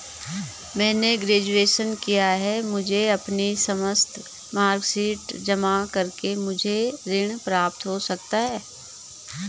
मैंने ग्रेजुएशन किया है मुझे अपनी समस्त मार्कशीट जमा करके मुझे ऋण प्राप्त हो सकता है?